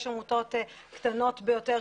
יש עמותות קטנות ביותר,